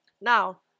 Now